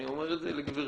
ואני אומר את זה לגברתי,